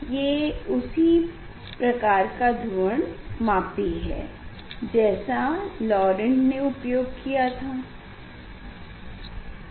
ये उसी प्रकार का ध्रुवणमापी है जैसा लॉंरेण्ट ने उपयोग किया थास्लाइड देखें समय 0722